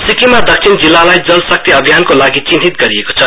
सिक्किममा दक्षिण जिल्लालाई जल शक्ति अभियानको लागि चिन्हित गरिएको छ